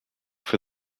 for